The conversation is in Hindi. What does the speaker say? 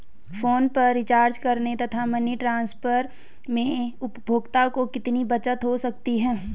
फोन पर रिचार्ज करने तथा मनी ट्रांसफर में उपभोक्ता को कितनी बचत हो सकती है?